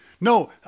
no